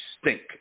stink